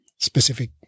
specific